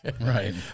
Right